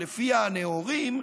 שלפיה ה'נאורים',